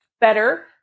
better